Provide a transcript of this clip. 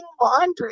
laundry